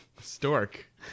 Stork